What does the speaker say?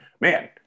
man